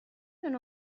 دونه